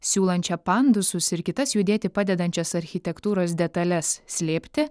siūlančią pandusus ir kitas judėti padedančias architektūros detales slėpti